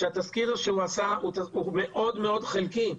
שהתסקיר שהוא עשה הוא מאוד מאוד חלקי.